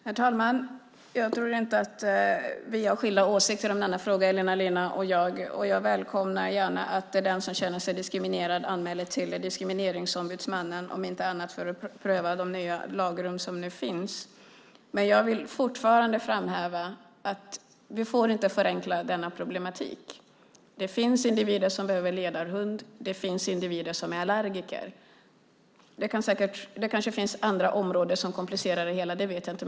Herr talman! Jag tror inte att vi har skilda åsikter i denna fråga, Elina Linna och jag. Jag välkomnar att den som känner sig diskriminerad anmäler detta till Diskrimineringsombudsmannen, om inte annat för att pröva de nya lagrum som nu finns. Men jag vill fortfarande framhäva att vi inte får förenkla denna problematik. Det finns individer som behöver ledarhund och det finns individer som är allergiker. Det kanske också finns andra områden som komplicerar det hela; det vet jag inte.